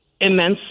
immense